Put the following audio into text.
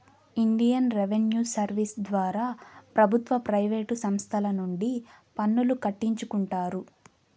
Indian revenue service ద్వారా ప్రభుత్వ private సంస్తల నుండి పన్నులు కట్టించుకుంటారు